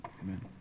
amen